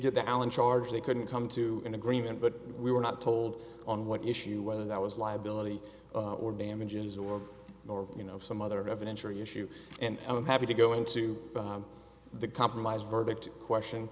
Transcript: get the allen charge they couldn't come to an agreement but we were not told on what issue whether that was liability or damages or or you know some other of an injury issue and i'm happy to go into the compromise verdict question